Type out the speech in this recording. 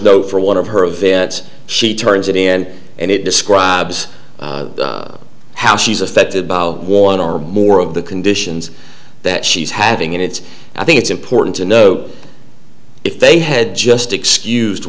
note for one of her events she turns it in and it describes how she's affected by one or more of the conditions that she's having and it's i think it's important to note if they had just excused